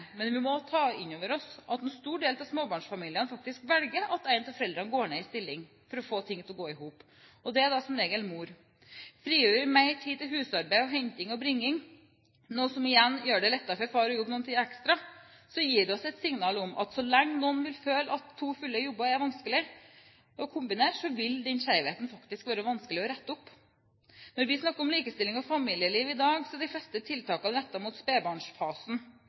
Men vi må ta inn over oss at en stor del av småbarnsfamiliene faktisk velger at en av foreldrene går ned i stilling for å få ting til å gå i hop. Det er som regel mor. Det frigjør mer tid til husarbeid, henting og bringing, noe som igjen gjør det lettere for far å jobbe noen timer ekstra. Det gir oss et signal om at så lenge noen vil føle at to fulle jobber er vanskelig å kombinere med familieliv, vil den skjevheten være vanskelig å rette opp. Når vi snakker om likestilling og familieliv i dag, er de fleste tiltakene rettet mot